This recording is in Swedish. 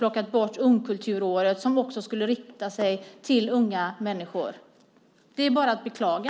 Satsningen på Ungkulturåret har också plockats bort, som också skulle rikta sig till unga människor. Det är bara att beklaga.